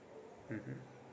mmhmm